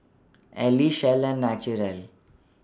Elle Shell and Naturel